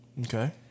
Okay